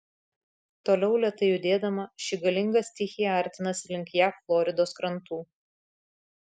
toliau lėtai judėdama ši galinga stichija artinasi link jav floridos krantų